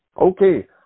okay